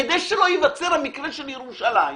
כדי שלא ייוצר המקרה של ירושלים,